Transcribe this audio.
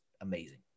amazing